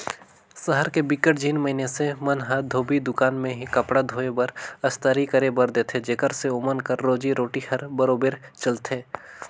सहर के बिकट झिन मइनसे मन ह धोबी दुकान में ही कपड़ा धोए बर, अस्तरी करे बर देथे जेखर ले ओमन कर रोजी रोटी हर बरोबेर चलथे